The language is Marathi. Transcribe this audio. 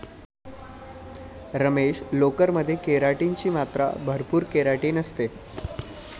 रमेश, लोकर मध्ये केराटिन ची मात्रा भरपूर केराटिन असते